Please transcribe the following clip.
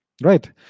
Right